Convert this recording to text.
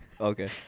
okay